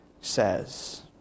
says